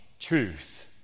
truth